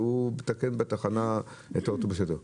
והוא מתקן בתחנה את האוטובוס של אגד.